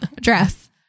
dress